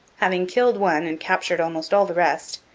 having killed one and captured almost all the rest,